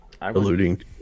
alluding